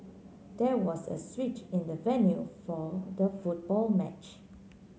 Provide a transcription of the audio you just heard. there was a switch in the venue for the football match